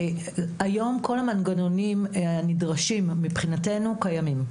היום כל המנגנונים הנדרשים מבחינתנו קיימים,